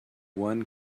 one